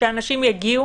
שאנשים יגיעו